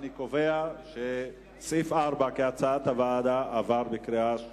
אני קובע שסעיף 4 כהצעת הוועדה עבר בקריאה שנייה.